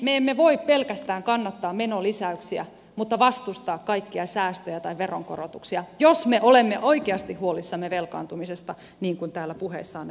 me emme voi pelkästään kannattaa menolisäyksiä mutta vastustaa kaikkia säästöjä tai veronkorotuksia jos me olemme oikeasti huolissamme velkaantumisesta niin kuin täällä puheissa annetaan ymmärtää